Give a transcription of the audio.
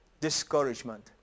discouragement